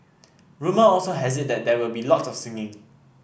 rumour also has it that there will be lot of singing